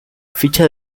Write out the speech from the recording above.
ficha